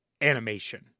animation